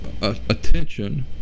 attention